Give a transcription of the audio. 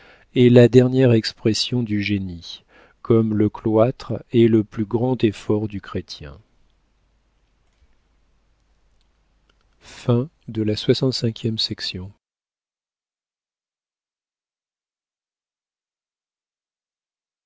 est la dernière expression du génie comme le cloître est le plus grand effort du chrétien